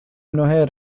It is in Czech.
mnohé